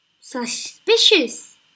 suspicious